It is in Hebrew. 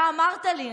אתה אמרת לי,